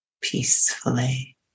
peacefully